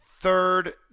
Third